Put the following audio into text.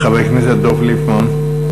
חבר הכנסת דב ליפמן.